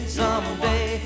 someday